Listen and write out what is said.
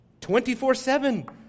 24-7